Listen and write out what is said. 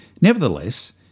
Nevertheless